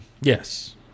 Yes